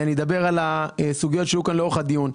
אני אדבר על הסוגיות שעלו כאן לאורך הדיון.